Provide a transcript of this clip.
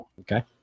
Okay